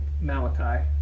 Malachi